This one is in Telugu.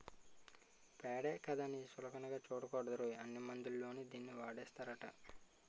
పేడే కదా అని సులకన సూడకూడదురోయ్, అన్ని మందుల్లోని దీన్నీ వాడేస్తారట